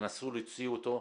תנסו להוציא אותו.